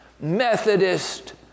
Methodist